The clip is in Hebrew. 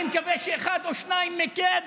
אני מקווה שאחד או שניים מכם